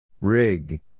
Rig